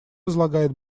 возлагает